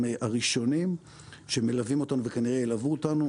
הראשונים שמלווים אותנו וכנראה ילוו אותנו.